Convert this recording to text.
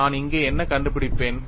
நான் இங்கே என்ன கண்டுபிடிப்பேன்